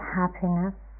happiness